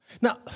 Now